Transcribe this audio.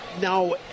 now